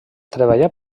treballà